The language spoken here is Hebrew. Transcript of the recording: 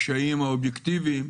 הקשיים האובייקטיביים,